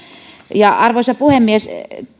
arvoisa puhemies